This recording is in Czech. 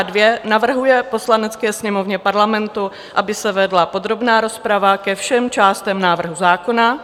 II. navrhuje Poslanecké sněmovně Parlamentu, aby se vedla podrobná rozprava ke všem částem návrhu zákona;